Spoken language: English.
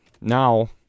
now